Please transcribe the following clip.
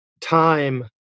time